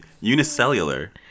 unicellular